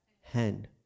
hand